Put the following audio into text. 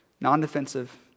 non-defensive